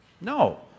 No